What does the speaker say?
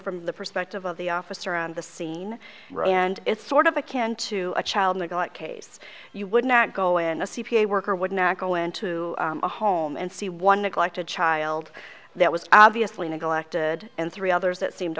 from the perspective of the officer on the scene and it's sort of a can to a child neglect case you would not go in a c p a worker would not go into a home and see one neglected child that was obviously neglected and three others that seemed